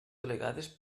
delegades